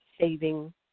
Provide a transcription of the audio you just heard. saving